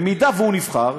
אם הוא נבחר,